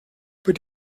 über